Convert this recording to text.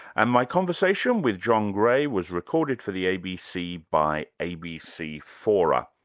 and my conversation with john gray was recorded for the abc by abc fora.